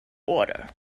order